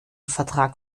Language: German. vertrag